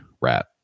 rat